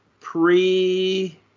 pre